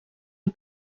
les